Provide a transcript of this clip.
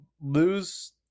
lose